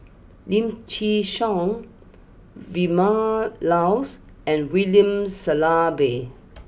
Lim Chin Siong Vilma Laus and William Shellabear